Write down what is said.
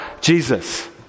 Jesus